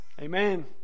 Amen